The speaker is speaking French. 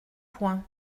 point